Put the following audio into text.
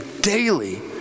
daily